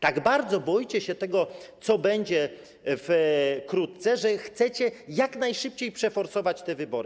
Tak bardzo boicie się tego, co będzie wkrótce, że chcecie jak najszybciej przeforsować te wybory.